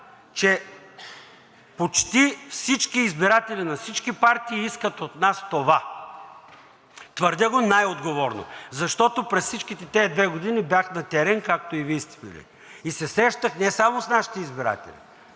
че почти всички избиратели на всички партии искат от нас това. Твърдя го най-отговорно, защото през всичките две години бях на терен, както и Вие сте били, и се срещах не само с нашите избиратели,